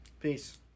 Peace